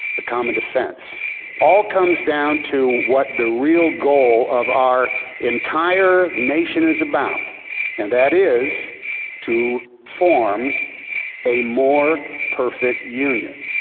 the common defense all comes down to what the real goal of our entire nation is about and that is to form a more perfect union.